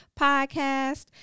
podcast